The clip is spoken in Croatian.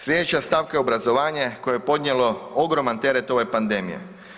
Sljedeća stavka je obrazovanje koje je podnijelo ogroman teret ove pandemije.